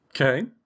Okay